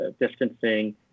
distancing